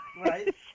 right